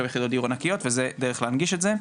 יחידות דיור ענקיות וזו דרך להנגיש את זה.